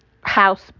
house